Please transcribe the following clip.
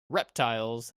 reptiles